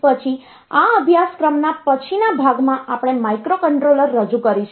પછી આ અભ્યાસક્રમના પછીના ભાગમાં આપણે માઇક્રોકન્ટ્રોલર રજૂ કરીશું